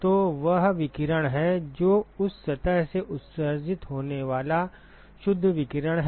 तो वह विकिरण है जो उस सतह से उत्सर्जित होने वाला शुद्ध विकिरण है